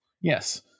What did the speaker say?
Yes